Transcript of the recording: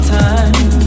time